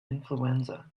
influenza